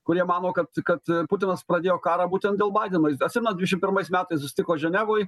kurie mano kad kad putinas pradėjo karą būtent dėl baideno atsimenat dvidešim pirmais metais susitiko ženevoj